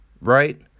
right